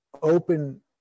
Open